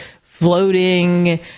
floating